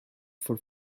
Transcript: for